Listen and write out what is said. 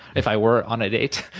if i were on a date,